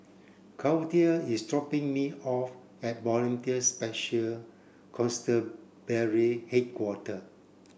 Claudie is dropping me off at Volunteer Special Constabulary Headquarter